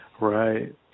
Right